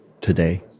today